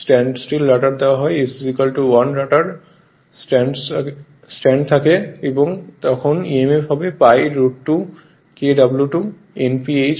standstill rotor দেওয়া হয় যখন s 1 রটার স্ট্যান্ডে থাকে তখন emf হবে pi √2 Kw2 Nph 2 f ∅r